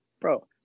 bro